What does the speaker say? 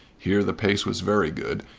here the pace was very good,